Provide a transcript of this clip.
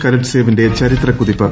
കരറ്റ്സെവിന്റെ ചരിത്ര കുതിപ്പ്